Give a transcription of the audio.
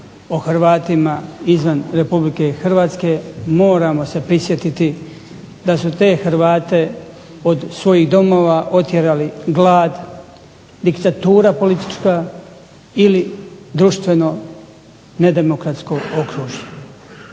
o Hrvata izvan Hrvatske moramo se prisjetiti da su te Hrvate od svojih domova otjerali glad, diktatura politička ili društveno nedemokratsko okružje.